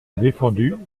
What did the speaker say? défendu